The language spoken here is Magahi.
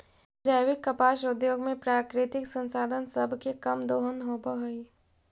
जैविक कपास उद्योग में प्राकृतिक संसाधन सब के कम दोहन होब हई